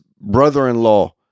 brother-in-law